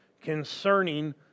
concerning